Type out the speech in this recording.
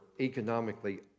economically